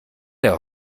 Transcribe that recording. der